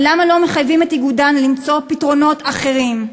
למה לא מחייבים את "איגודן" למצוא פתרונות אחרים?